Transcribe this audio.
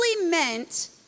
meant